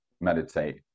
meditate